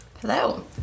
Hello